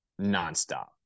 nonstop